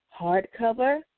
hardcover